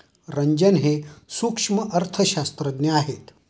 रंजन हे सूक्ष्म अर्थशास्त्रज्ञ आहेत